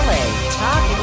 Talk